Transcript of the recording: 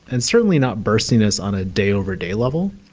and certainly not burstiness on a day over day level.